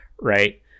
right